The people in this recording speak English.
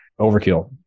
Overkill